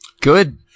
Good